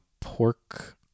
pork